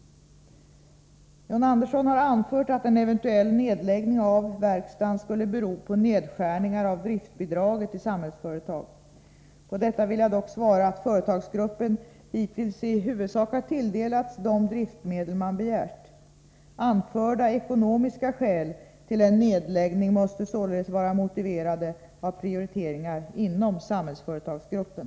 John Andersson har anfört att en eventuell nedläggning av verkstaden skulle bero på nedskärningar av driftbidraget till Samhällsföretag. På detta vill jag dock svara att företagsgruppen hittills i huvudsak har tilldelats de driftmedel man begärt. Anförda ekonomiska skäl till en nedläggning måste således vara motiverade av prioriteringar inom Samhällsföretagsgruppen.